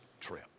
trip